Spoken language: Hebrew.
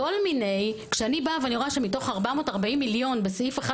בכל מיני - כשאני רואה שמתוך 440 מיליון בסעיף אחד